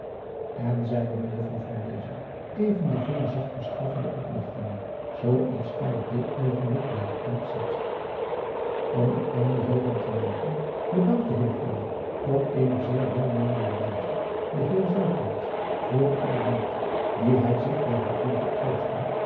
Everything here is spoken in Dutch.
n zeide ejuffrouw even den vinger zacht bestraffende opligtende zoo als gij er dit oogenblik weder uit ziet m een einde hier aan te maken bedankte op eene zeer welmeenende wijze den eer voor alle moeite die hij zich wel had willen getroosten